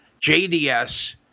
JDS